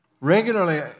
regularly